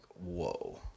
whoa